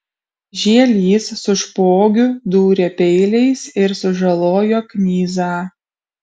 žielys su špogiu dūrė peiliais ir sužalojo knyzą